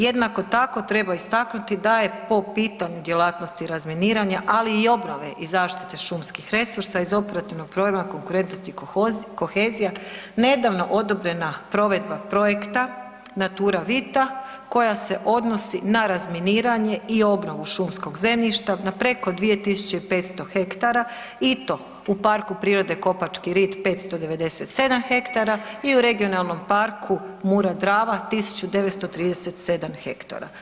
Jednako tako treba istaknuti da je po pitanju djelatnosti razminiranja ali i obnove i zaštite šumskih resursa iz operativnog programa Konkurentnost i kohezija nedavno odobrena provedba projekta Naturavita koja se odnosi na razminiranje i obnovu šumskog zemljišta na preko 2.500 hektara i to u Parku prirode Kopački rit 597 hektara i u Regionalnom parku Mura-Drava 1.937 hektara.